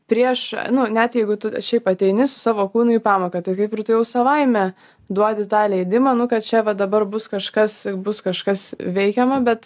prieš nu net jeigu tu šiaip ateini su savo kūnu į pamoką tai kaip ir tu jau savaime duodi tą leidimą nu kad čia va dabar bus kažkas bus kažkas veikiama bet